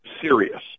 serious